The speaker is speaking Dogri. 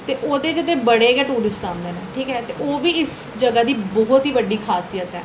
ते ओह्दे गितै बड़े गै टूरिस्ट औंदे न ठीक ऐ ते ओह् बी इस जगह् दी बहुत ई बड्डी खासियत ऐ